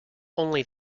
only